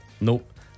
Nope